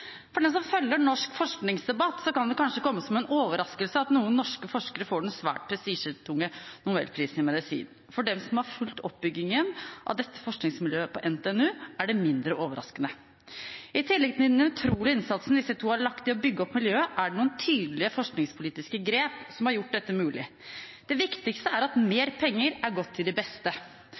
samt den amerikansk-britiske forskeren John O’Keefe, som de deler prisen med. For dem som følger norsk forskningsdebatt, kan det kanskje komme som en overraskelse at noen norske forskere får den svært prestisjetunge nobelprisen i medisin. For dem som har fulgt oppbyggingen av dette forskningsmiljøet ved NTNU, er det mindre overraskende. I tillegg til den utrolige innsatsen disse to har lagt i å bygge opp miljøet, er det noen tydelige forskningspolitiske grep som har gjort dette mulig. Det viktigste er at mer penger har gått til de beste.